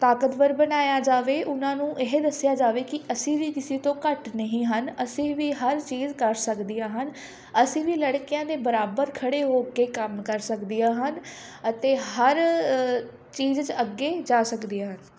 ਤਾਕਤਵਰ ਬਣਾਇਆ ਜਾਵੇ ਉਹਨਾਂ ਨੂੰ ਇਹ ਦੱਸਿਆ ਜਾਵੇ ਕਿ ਅਸੀਂ ਵੀ ਕਿਸੇ ਤੋਂ ਘੱਟ ਨਹੀਂ ਹਨ ਅਸੀਂ ਵੀ ਹਰ ਚੀਜ਼ ਕਰ ਸਕਦੀਆਂ ਹਨ ਅਸੀਂ ਵੀ ਲੜਕਿਆਂ ਦੇ ਬਰਾਬਰ ਖੜ੍ਹੇ ਹੋ ਕੇ ਕੰਮ ਕਰ ਸਕਦੀਆਂ ਹਨ ਅਤੇ ਹਰ ਚੀਜ਼ 'ਚ ਅੱਗੇ ਜਾ ਸਕਦੀਆਂ ਹਨ